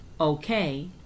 okay